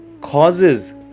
causes